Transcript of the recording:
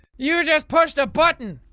you just pushed a button!